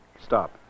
Stop